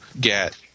get